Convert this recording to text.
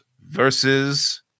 versus